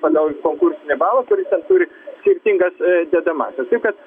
pagal konkursinį balą kuris ten turi skirtingas dedamąsias taip kad